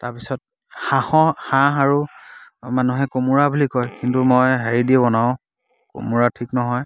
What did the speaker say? তাৰ পিছত হাঁহৰ হাঁহ আৰু মানুহে কোমোৰা বুলি কয় কিন্তু মই হেৰি দিও বনাওঁ কোমোৰা ঠিক নহয়